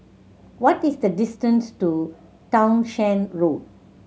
what is the distance to Townshend Road